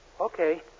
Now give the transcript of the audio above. Okay